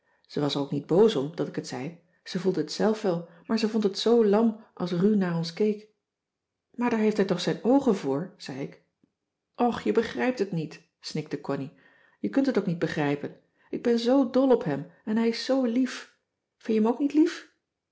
ze was er ook niet boos om dat ik het zei ze voelde t zelf wel maar ze vond het zoo lam als ru naar ons keek maar daar heeft hij toch zijn oogen voor zei ik och je begrijpt het niet snikte connie je kunt het ook niet begrijpen ik ben zoo dol op hem en hij is zoo lief vin je m ook niet lief